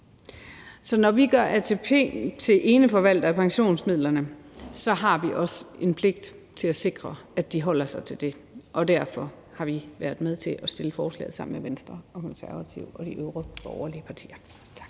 Så når vi gør ATP til eneforvalter af pensionsmidlerne, har vi også en pligt til at sikre, at de holder sig til det, og derfor har vi været med til at stille forslaget sammen med Venstre, Konservative og de øvrige borgerlige partier. Tak.